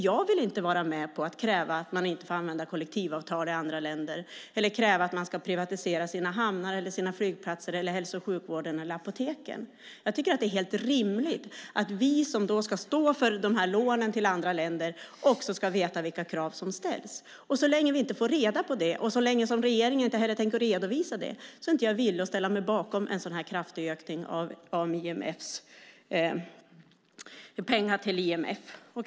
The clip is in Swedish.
Jag vill inte vara med på att kräva att man inte får använda kollektivavtal i andra länder eller kräva att man ska privatisera sina hamnar, flygplatser, hälso och sjukvården eller apoteken. Jag tycker att det är helt rimligt att vi som ska stå för lånen till andra länder också ska veta vilka krav som ställs. Så länge som vi inte får reda på det och så länge som regeringen inte heller tänker redovisa det är jag inte villig att ställa mig bakom en så kraftig ökning av pengarna till IMF.